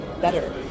better